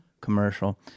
commercial